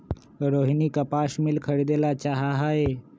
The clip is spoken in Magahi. रोहिनी कपास मिल खरीदे ला चाहा हई